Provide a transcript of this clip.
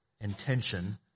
intention